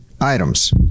items